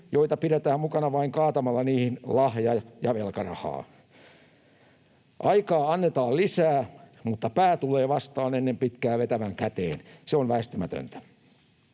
joita pidetään mukana vain kaatamalla niihin lahja- ja velkarahaa. Aikaa annetaan lisää, mutta pää tulee ennen pitkää vetävän käteen. Se on väistämätöntä.